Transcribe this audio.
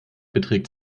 beträgt